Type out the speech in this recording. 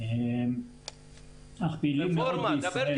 דבר שני